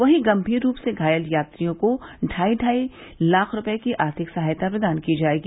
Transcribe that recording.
वहीं गंभीर रूप से घायल यात्रियों को ढाई ढाई लाख रूपये की आर्थिक सहायता प्रदान की जायेगी